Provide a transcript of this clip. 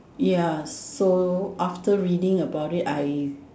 ya so after reading about it I